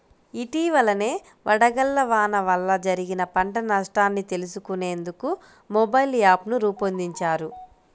ఇటీవలనే వడగళ్ల వాన వల్ల జరిగిన పంట నష్టాన్ని తెలుసుకునేందుకు మొబైల్ యాప్ను రూపొందించారు